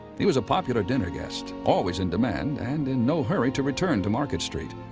he was a popular dinner guest, always in demand, and in no hurry to return to market street.